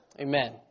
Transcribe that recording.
Amen